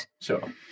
sure